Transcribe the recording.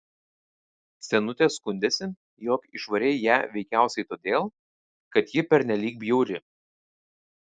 senutė skundėsi jog išvarei ją veikiausiai todėl kad ji pernelyg bjauri